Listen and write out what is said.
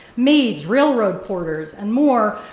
maids, railroad porters, and more,